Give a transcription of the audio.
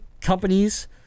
companies